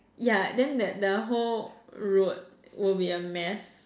yeah then that the whole road will be a mess